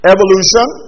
Evolution